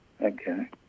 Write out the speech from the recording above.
Okay